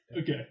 Okay